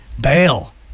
Bail